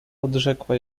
odrzekła